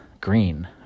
green